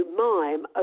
mime